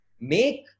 make